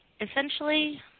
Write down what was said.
essentially